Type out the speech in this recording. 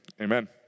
Amen